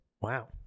Wow